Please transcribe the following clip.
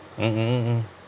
mmhmm